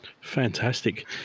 Fantastic